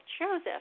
Joseph